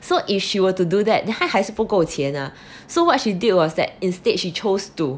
so if she were to do that then 他还是不够钱 ah so what she did was that instead she chose to